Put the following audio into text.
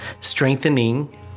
strengthening